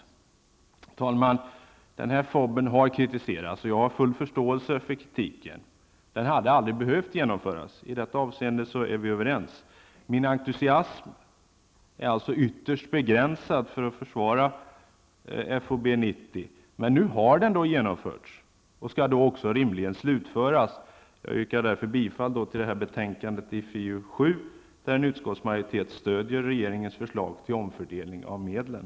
Herr talman! Denna FoB har kritiserats. Jag har full förståelse för kritiken. Räkningen hade aldrig behövt genomföras. I detta avseende är vi överens. Min entusiasm inför att försvara FoB 90 är alltså ytterst begränsad. Men nu har den genomförts och skall rimligen också slutföras. Jag yrkar därför bifall till hemställan i FiU7, där utskottsmajoriteten stöder regeringens förslag till omfördelning av medlen.